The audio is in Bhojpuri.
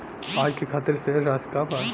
आज के खातिर शेष राशि का बा?